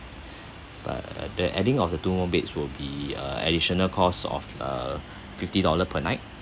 but the adding of the two more beds will be a additional cost of a fifty dollar per night